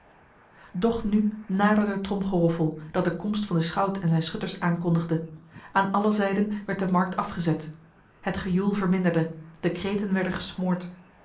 doch nu naderde tromgeroffel dat de komst van den schout en zijne schutters aankondigde aan alle zijden werd de markt afgezet het gejoel verminderde de kreten werden gesmoord